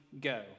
go